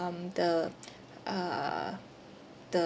um the uh the